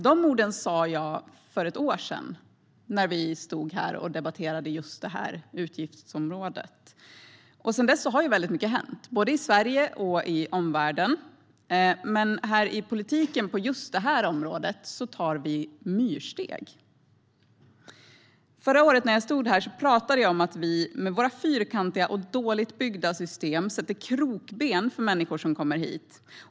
De orden sa jag för ett år sedan, när vi stod här och debatterade just detta utgiftsområde. Sedan dess har väldigt mycket hänt både i Sverige och i omvärlden. Men här i politiken, på just det här området, tar vi myrsteg. Förra året, när jag stod här, talade jag om att vi med våra fyrkantiga och dåligt byggda system sätter krokben för människor som kommer hit.